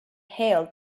hailed